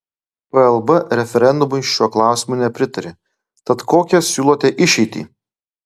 plb referendumui šiuo klausimu nepritarė tad kokią siūlote išeitį